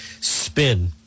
spin